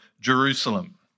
Jerusalem